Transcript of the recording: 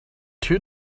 two